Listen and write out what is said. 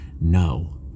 no